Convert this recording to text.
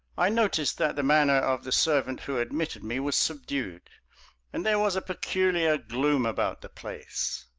i noticed that the manner of the servant who admitted me was subdued and there was a peculiar gloom about the place.